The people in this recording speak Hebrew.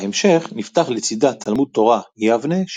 בהמשך נפתח לצידה תלמוד תורה יבנה,